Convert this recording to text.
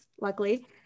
luckily